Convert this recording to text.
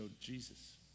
Jesus